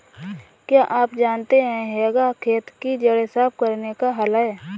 क्या आप जानते है हेंगा खेत की जड़ें साफ़ करने का हल है?